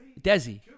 Desi